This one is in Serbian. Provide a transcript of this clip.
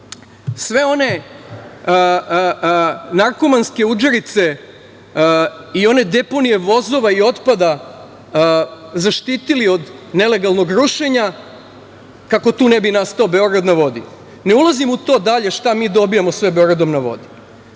sve one narkomanske udžerice i one deponije vozova i otpada zaštitili od nelegalnog rušenja kako tu ne bi nastao Beograd na vodi. Ne ulazim u to dalje šta mi dobijamo sve Beogradom na vodi